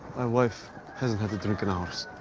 my wife hasn't had a drink in hours.